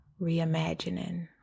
reimagining